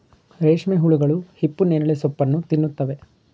ರೇಷ್ಮೆ ಹುಳುಗಳು ಹಿಪ್ಪನೇರಳೆ ಸೋಪ್ಪನ್ನು ತಿನ್ನುತ್ತವೆ